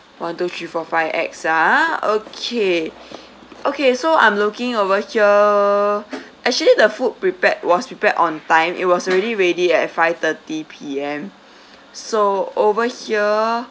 one two three four five X ah okay okay so I'm looking over here actually the food prepared was prepared on time it was already ready at five thirty P_M so over here